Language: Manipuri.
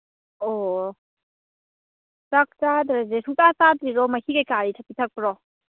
ꯑꯣ ꯆꯥꯛ ꯆꯥꯗ꯭ꯔꯤꯁꯦ ꯁꯨꯡꯆꯥ ꯆꯥꯗ꯭ꯔꯤꯔꯣ ꯃꯍꯤ ꯀꯔꯤ ꯀꯔꯥꯗꯤ ꯄꯤꯊꯛꯄ꯭ꯔꯣ